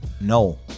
No